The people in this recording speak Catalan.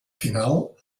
final